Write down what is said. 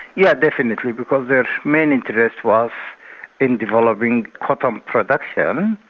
yeah definitely, because their main interest was in developing cotton um production,